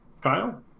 Kyle